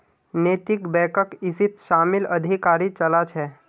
नैतिक बैकक इसीत शामिल अधिकारी चला छे